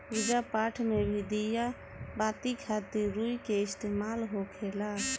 पूजा पाठ मे भी दिया बाती खातिर रुई के इस्तेमाल होखेला